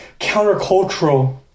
countercultural